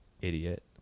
Idiot